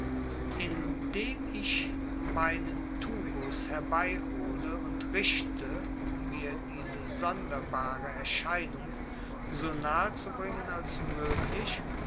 indem ich meinen tubus herbeihole und richte um mir diese sonderbare erscheinung so nahe zu bringen als möglich